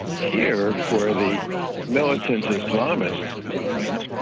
here, for the militant islamist movement,